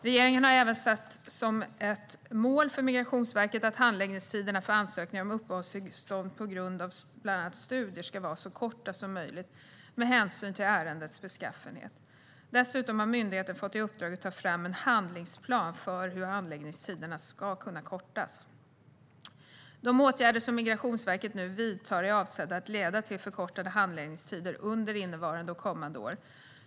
Regeringen har även satt som ett mål för Migrationsverket att handläggningstiderna för ansökningar om uppehållstillstånd på grund av bland annat studier ska vara så korta som möjligt, med hänsyn till ärendets beskaffenhet. Dessutom har myndigheten fått i uppdrag att ta fram en handlingsplan för hur handläggningstiderna ska kunna förkortas. De åtgärder som Migrationsverket nu vidtar är avsedda att leda till förkortade handläggningstider under innevarande och kommande år.